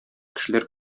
кешеләр